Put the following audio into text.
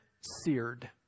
seared